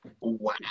Wow